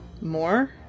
More